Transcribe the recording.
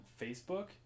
Facebook